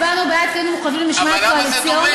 הצבענו בעד כי היינו חייבים משמעת קואליציונית.